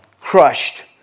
crushed